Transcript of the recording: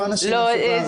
לא אנשים מהחברה הערבית.